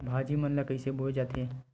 भाजी मन ला कइसे बोए जाथे?